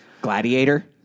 Gladiator